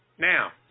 Now